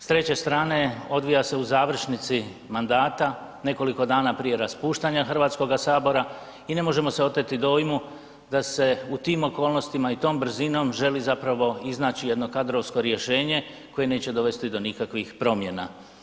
S treće strane, odvija se u završnici mandata, nekoliko dana prije raspuštanja HS-a i ne možemo se oteti dojmu da se u tim okolnostima i tom brzinom želi zapravo iznaći jedno kadrovsko rješenje koje neće dovesti do nikakvih promjena.